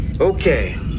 Okay